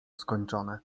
skończone